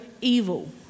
evil